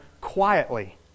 quietly